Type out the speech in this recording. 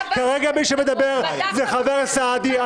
כרגע מי שמדבר הוא חבר הכנסת סעדי.